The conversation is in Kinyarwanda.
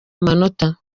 amanota